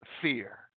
fear